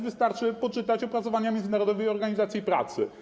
Wystarczy też poczytać opracowania Międzynarodowej Organizacji Pracy.